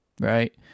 Right